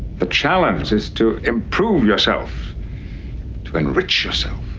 the challenge is to improve yourself to enrich yourself.